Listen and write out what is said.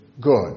good